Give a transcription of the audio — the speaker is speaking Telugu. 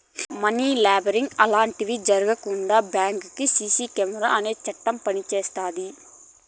మనీ లాండరింగ్ లాంటివి జరగకుండా బ్యాంకు సీక్రెసీ అనే చట్టం పనిచేస్తాది